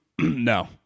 No